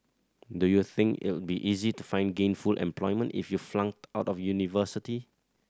do you think it'll be easy to find gainful employment if you flunked out of university